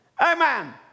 Amen